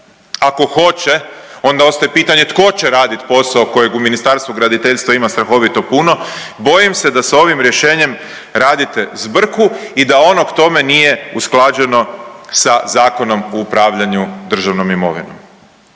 Ako hoće onda ostaje pitanje tko će raditi posao kojeg u Ministarstvu graditeljstva ima strahovito puno. Bojim se da sa ovim rješenjem radite zbrku i da ono k tome nije usklađeno sa Zakonom o upravljanju državnom imovinom.